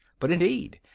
but, indeed,